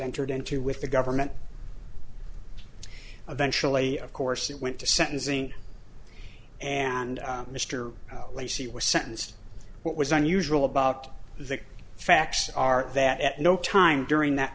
entered into with the government eventual a of course it went to sentencing and mr lacy was sentenced what was unusual about the facts are that at no time during that